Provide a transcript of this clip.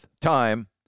time